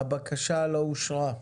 הצבעה לא אושרה.